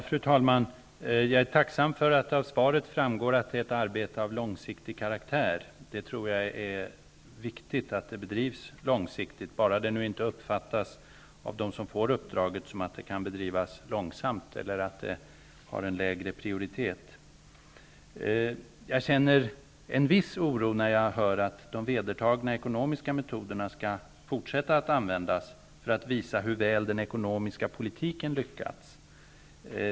Fru talman! Jag är tacksam för att det av svaret framgår att det är ett arbete av långsiktig karaktär -- jag tror att det är viktigt att det bedrivs långsiktigt, bara det inte av dem som får uppdraget uppfattas så att det kan bedrivas långsamt eller så att det har en lägre prioritet. Jag känner en viss oro när jag hör att de vedertagna ekonomiska metoderna skall fortsätta att användas för att visa hur väl den ekonomiska politiken lyckats.